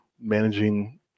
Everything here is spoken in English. managing